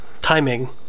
timing